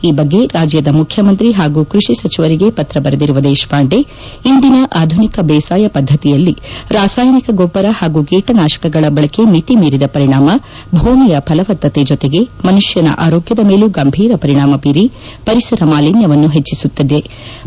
ಈ ಬಗ್ಗೆ ರಾಜ್ಯದ ಮುಖ್ಯಮಂತ್ರಿ ಹಾಗೂ ಕೃಷಿ ಸಚಿವರಿಗೆ ಪತ್ರ ಬರೆದಿರುವ ದೇಶಪಾಂಡೆ ಇಂದಿನ ಆಧುನಿಕ ಬೇಸಾಯ ಪದ್ದತಿಯಲ್ಲಿ ರಾಸಾಯನಿಕ ಗೊಬ್ಬರ ಹಾಗೂ ಕೀಟನಾಶಕಗಳ ಬಳಕೆ ಮಿತಿ ಮೀರಿದ ಪರಿಣಾಮ ಭೂಮಿಯ ಫಲವತ್ತತೆ ಜೊತೆಗೆ ಮನುಷ್ಯನ ಆರೋಗ್ಯದ ಮೇಲೂ ಗಂಭೀರ ಪರಿಣಾಮ ಬೀರಿ ಪರಿಸರ ಮಾಲಿನ್ಯವನ್ನು ಹೆಚ್ಚಿಸುತಿದೆ ಎಂದರು